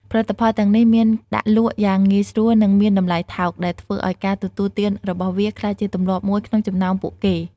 ផលិតផលទាំងនេះមានដាក់លក់យ៉ាងងាយស្រួលនិងមានតម្លៃថោក ដែលធ្វើឱ្យការទទួលទានរបស់វាក្លាយជាទម្លាប់មួយក្នុងចំណោមពួកគេ។